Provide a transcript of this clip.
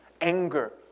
anger